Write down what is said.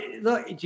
look